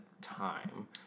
time